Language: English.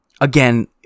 Again